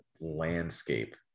landscape